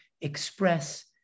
express